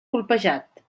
colpejat